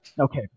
Okay